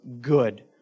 Good